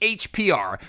hpr